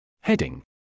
Heading